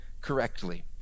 correctly